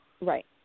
Right